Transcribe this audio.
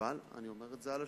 אבל, אני אומר את זה על השולחן: